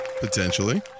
potentially